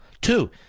Two